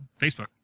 Facebook